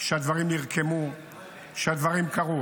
דברים כאלה.